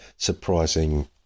surprising